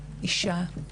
אישה,